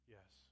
Yes